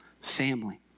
family